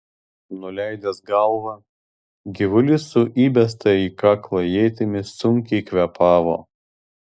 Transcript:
nuleidęs galvą gyvulys su įbesta į kaklą ietimi sunkiai kvėpavo